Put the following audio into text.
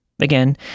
Again